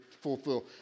fulfill